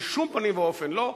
בשום פנים ואופן לא.